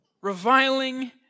reviling